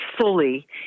Fully